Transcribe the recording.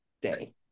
day